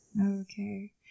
okay